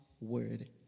word